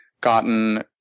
gotten